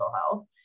health